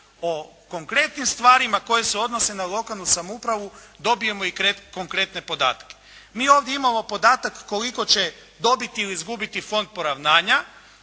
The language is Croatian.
o konkretnim stvarima koje se odnose na lokalnu samoupravu, dobijemo i konkretne podatke. Mi ovdje imamo podatak koliko će dobiti ili izgubiti Fond poravnanja,